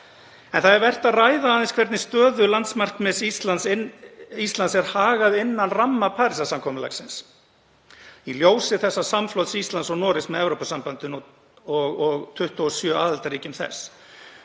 Það er vert að ræða aðeins hvernig stöðu landsmarkmiðs Íslands er hagað innan ramma Parísarsamkomulagsins í ljósi samflots Íslands og Noregs með Evrópusambandinu og 27 aðildarríkjum þess.